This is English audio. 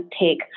take